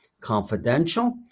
confidential